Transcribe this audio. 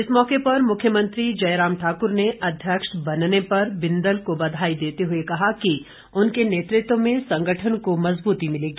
इस मौके मुख्यमंत्री जयराम ठाक्र ने अध्यक्ष बनने पर बिंदल को बधाई देते हुए कहा कि उनके नेतृत्व में संगठन को मजबूती मिलेगी